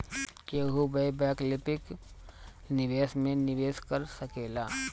केहू भी वैकल्पिक निवेश में निवेश कर सकेला